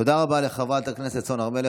תודה רבה לחברת הכנסת סון הר מלך.